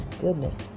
goodness